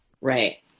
right